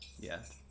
Yes